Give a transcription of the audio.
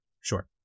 Sure